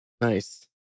nice